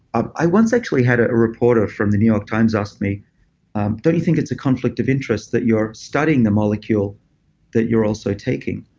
ah i once actually had a reporter from the new york times ask me don't you think it's a conflict of interest that you're studying the molecule that you're also taking?